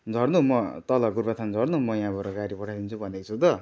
झर्नु म तल गोरुबथान झर्नु म यहाँबाट गाडी पठाइदिन्छु भनेको छु त